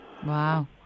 Wow